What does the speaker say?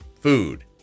food